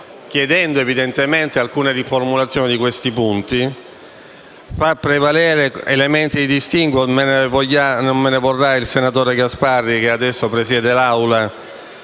chiedendo evidentemente la riformulazione di alcuni punti. Far prevalere elementi di distinguo - non me ne vorrà il senatore Gasparri che adesso presiede l'Assemblea